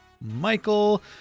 Michael